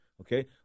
Okay